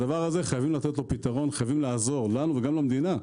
חייבים לתת פתרון לדבר הזה; לעזור לנו וגם למדינה.